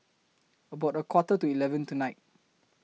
about A Quarter to eleven tonight